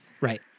Right